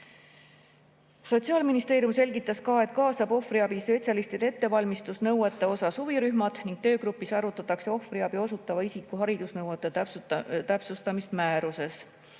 Sotsiaalministeerium selgitas ka, et kaasab ohvriabispetsialistide ettevalmistuse nõuete [täpsustamiseks] huvirühmad ning töögrupis arutatakse ohvriabi osutava isiku haridusnõuete täpsustamist määruses.